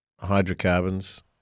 hydrocarbons